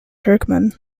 turkmen